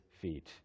feet